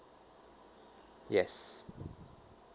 yes